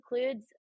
includes